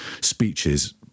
speeches